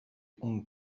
hong